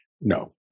no